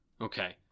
Okay